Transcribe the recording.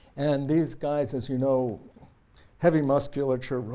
and these guys as you know heavy musculature,